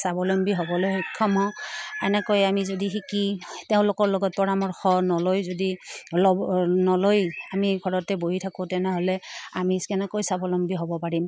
স্বাৱলম্বী হ'বলৈ সক্ষম হওঁ এনেকৈ আমি যদি শিকি তেওঁলোকৰ লগত পৰামৰ্শ নলৈ যদি নলৈ আমি ঘৰতে বহি থাকোঁ তেনেহ'লে আমি কেনেকৈ স্বাৱলম্বী হ'ব পাৰিম